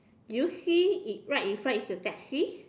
do you see in right in front is a taxi